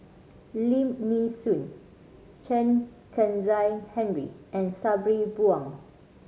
Lim Nee Soon Chen Kezhan Henri and Sabri Buang